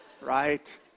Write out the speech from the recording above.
Right